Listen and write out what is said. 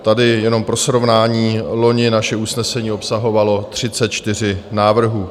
Tady jenom pro srovnání, loni naše usnesení obsahovalo 34 návrhů.